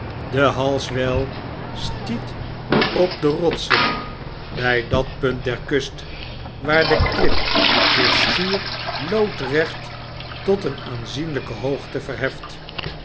de halseweir stiet op de rotsen bjj dat punt der kust waar de klip zich schier loodrecht tot een aanzienlijke hoogte verheft